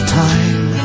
time